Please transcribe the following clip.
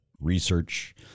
research